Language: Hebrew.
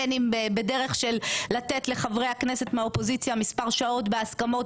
בין אם בדרך של לתת לחברי הכנסת מהאופוזיציה מספר שעות בהסכמות